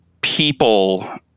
people